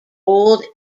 old